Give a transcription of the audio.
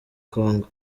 congo